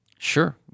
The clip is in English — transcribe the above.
Sure